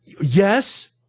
yes